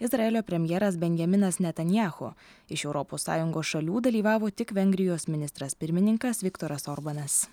izraelio premjeras benjaminas netanjachu iš europos sąjungos šalių dalyvavo tik vengrijos ministras pirmininkas viktoras orbanas